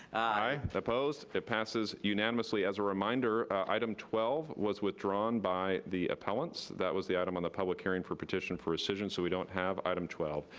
aye. opposed? it passes unanimously. as a reminder, item twelve was withdrawn by the appellant that was the item on the public hearing for petition for rescission, so we don't have item twelve.